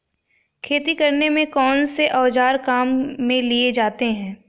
खेती करने में कौनसे औज़ार काम में लिए जाते हैं?